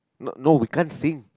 no no we can't sing